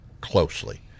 closely